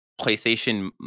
PlayStation